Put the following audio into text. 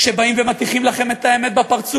כשבאים ומטיחים לכם את האמת בפרצוף,